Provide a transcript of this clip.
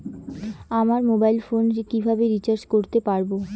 আমার mobile phone কিভাবে recharge করতে পারব?